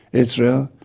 israel,